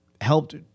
helped